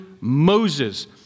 Moses